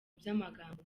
by’amagambo